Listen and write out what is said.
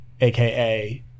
AKA